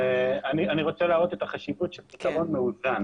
אני רוצה להראות את החשיבות של פתרון מאוזן.